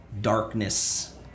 darkness